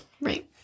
right